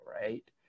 right